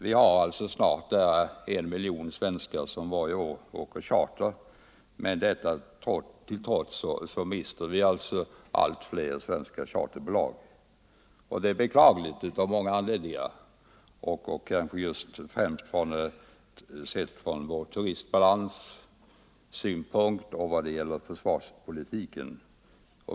, Vi är snart uppe i en miljon svenskar som varje år åker charter, men detta till trots mister vi allt fler svenska charterbolag. Det är beklagligt av många anledningar, kanske främst ur turistbalanssynpunkt och när det gäller försvarspolitiken.